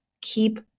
keep